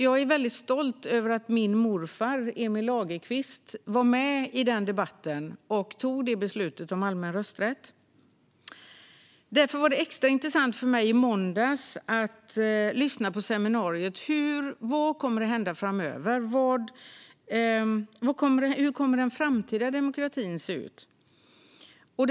Jag är väldigt stolt över att min morfar, Emil Lagerkvist, var med i den debatten och tog beslutet om allmän rösträtt. Därför var det extra intressant för mig att i måndags lyssna på seminariet om vad som kommer att hända framöver om hur den framtida demokratin kommer att se ut.